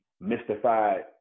mystified